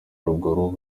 ruguru